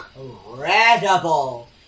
incredible